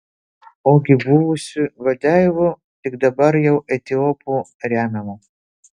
ogi buvusių vadeivų tik dabar jau etiopų remiamų